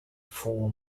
four